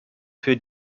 für